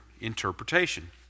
interpretation